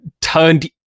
turned